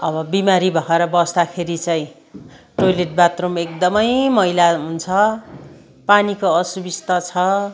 अब बिमारी भएर बस्दाखेरि चाहिँ टोइलेट बाथरुम एकदमै मैला हुन्छ पानीको असुबिस्ता छ